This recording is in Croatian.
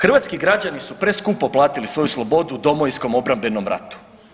Hrvatski građani su preskupo platili svoju slobodu u Domovinskom obrambenom ratu.